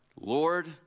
Lord